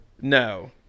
no